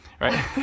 right